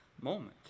moment